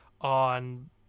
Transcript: on